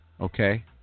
Okay